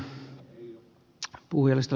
herra puhemies